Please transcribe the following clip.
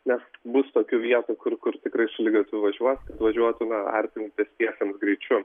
nes bus tokių vietų kur kur tikrai šaligatviu važiuos važiuotume artimu pestiesiems greičiu